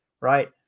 right